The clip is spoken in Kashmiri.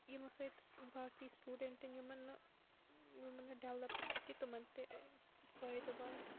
ییٚمہِ سۭتۍ باقٕے سٹوڈنٹَن یِمَن نہٕ ڈیولَپ چھِ کِہیٖنۍ تمَن تہِ فٲیدٕ واتہِ